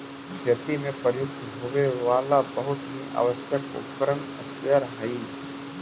खेती में प्रयुक्त होवे वाला बहुत ही आवश्यक उपकरण स्प्रेयर हई